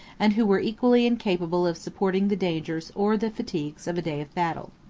and who were equally incapable of supporting the dangers or the fatigues of a day of battle.